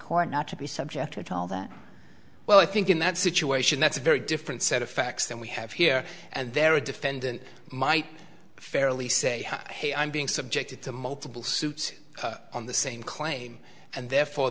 court not to be subjected to all that well i think in that situation that's a very different set of facts than we have here and there are defend might fairly say hey i'm being subjected to multiple suits on the same claim and therefore